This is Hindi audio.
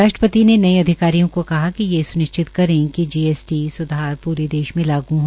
राष्ट्रपति ने नए अधिकारियों को कहा कि ये सुनिश्चित करे कि जीएसटी सुधार पूरे देश में लागू हो